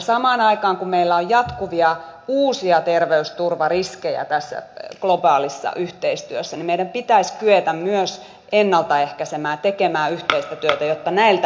samaan aikaan kun meillä on jatkuvia uusia terveysturvariskejä tässä globaalissa yhteistyössä meidän pitäisi kyetä myös ennalta ehkäisemään tekemään yhteistä työtä jotta näiltä vältyttäisiin